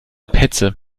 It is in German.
petze